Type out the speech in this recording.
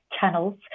channels